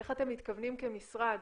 איך אתם מתכוונים כמשרד